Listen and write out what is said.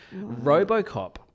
Robocop